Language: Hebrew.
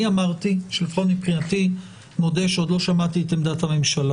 אני אמרתי שמבחינתי - אני מודה שעוד לא שמעתי את עמדת הממשלה